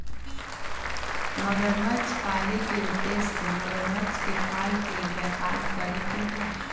मगरमच्छ पाले के उद्देश्य मगरमच्छ के खाल के व्यापार करे के हई